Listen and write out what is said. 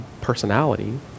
personality